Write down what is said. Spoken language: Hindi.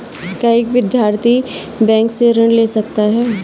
क्या एक विद्यार्थी बैंक से ऋण ले सकता है?